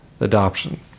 adoption